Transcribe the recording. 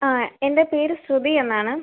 ആ എൻ്റെ പേര് ശ്രുതി എന്നാണ്